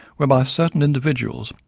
whereby certain individuals,